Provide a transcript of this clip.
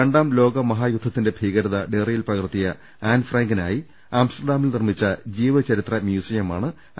രണ്ടാം ലോക മഹായുദ്ധത്തിന്റെ ഭീകരത ഡയറിയിൽ പകർത്തിയ ആൻഫ്രാങ്കിനായി ആംസ്റ്റർഡാമിൽ നിർമ്മിച്ച ജീവചരിത്ര മ്യൂസിയമാണ് ആൻഫ്രാങ്ക് ഹൌസ്